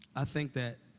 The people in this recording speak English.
i think that,